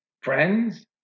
friends